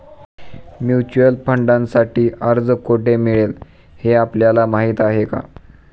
Mutual फंडांसाठी अर्ज कोठे मिळेल हे आपल्याला माहीत आहे का?